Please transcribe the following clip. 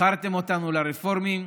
מכרתם אותנו לרפורמים,